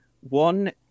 one